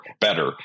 better